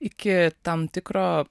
iki tam tikro